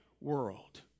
world